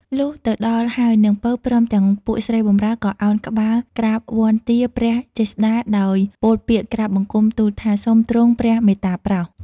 លុះទៅដល់ហើយ នាង ពៅ ព្រមទាំងពួកស្រីបម្រើ ក៏ឱនក្បាលក្រាបវន្ទាព្រះចេស្ដាដោយពោលពាក្យក្រាបបង្គំទូលថា សូមទ្រង់ព្រះមេត្តាប្រោស !